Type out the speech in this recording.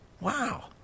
Wow